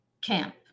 camp